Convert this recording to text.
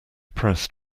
pressed